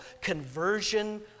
conversion